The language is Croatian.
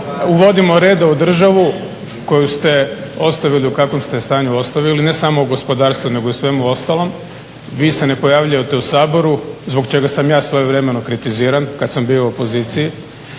uvodimo reda u državu koju ste ostavili u kakvom ste je stanju ostavili ne samo u gospodarstvu nego i u svemu ostalom, vi se ne pojavljujete u Saboru zbog čega sam ja svojevremeno kritiziran kad sam bio u opoziciji.